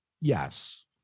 Yes